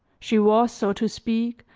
she was, so to speak,